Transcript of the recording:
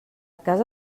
casa